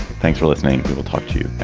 thanks for listening. we will talk to